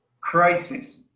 crisis